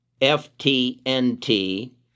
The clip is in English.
F-T-N-T